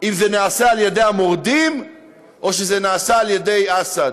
אם זה נעשה על-ידי המורדים או שזה נעשה על-ידי אסד.